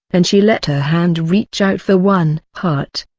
and she let her hand reach out for one. heart.